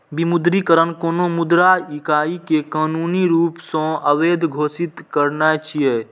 विमुद्रीकरण कोनो मुद्रा इकाइ कें कानूनी रूप सं अवैध घोषित करनाय छियै